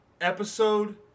episode